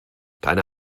keine